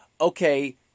okay